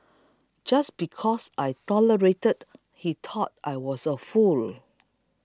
just because I tolerated he thought I was a fool